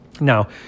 Now